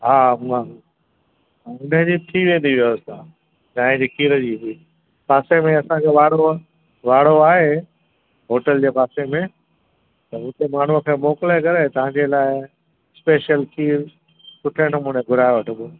हा हूअं हुनजी थी वेंदी व्यवस्था चांहि जे खीर जी बि पासे में असांजे वाड़ो आहे वाड़ो आहे होटल जे पासे में त उते माण्हू खे मोकिले करे तव्हांजे लाइ स्पैशल खीर सुठे नमूने घुराइ वठिबो